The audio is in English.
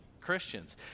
Christians